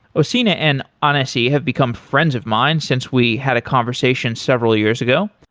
osine and anesi have become friends of mine since we had a conversation several years ago.